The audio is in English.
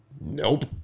Nope